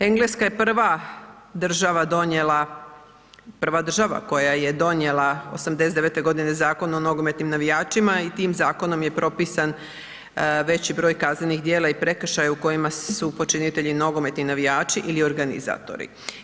Engleska je prva država donijela, prva država koje je donijela 89. g. zakon o nogometnim navijačima i tim zakonom je propisan veći broj kaznenih djela i prekršaja u kojima su počinitelji nogometni navijači ili organizatori.